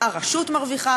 הרשות מרוויחה,